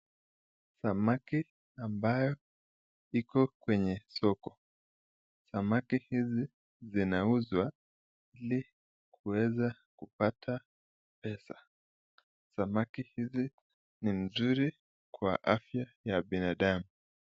Samaki ambayo Iko kwenye soko, samaki hizi zinauzwa hili kuweza kupata pesa , samaki hizi ni nzuri kwa afya ya binadamu.